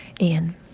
Ian